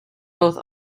both